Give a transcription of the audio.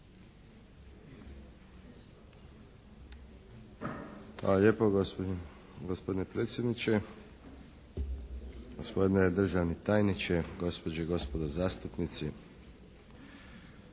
Hvala lijepa gospodine predsjedniče. Gospodine državni tajniče, gospođe i gospodo zastupnici.